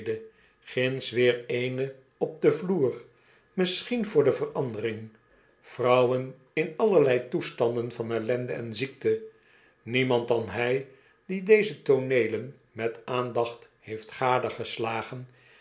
ginds weer eene op den vloer misschien voor de verandering vrouwen in allerlei toestanden van ellende en ziekte niemand dan hij die deze tooneelen met aandacht heeft